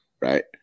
right